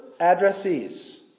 addressees